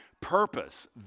purpose